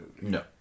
No